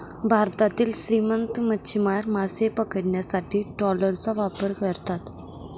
भारतातील श्रीमंत मच्छीमार मासे पकडण्यासाठी ट्रॉलरचा वापर करतात